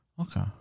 okay